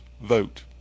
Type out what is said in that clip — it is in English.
vote